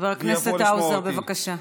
חבר הכנסת האוזר, בבקשה.